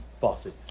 faucet